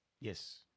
Yes